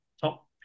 top